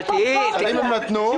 הסלים הם נתנו.